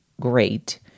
great